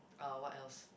uh what else